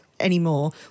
anymore